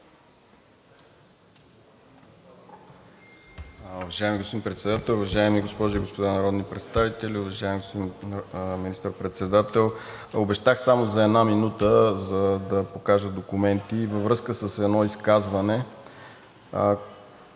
във връзка с едно изказване,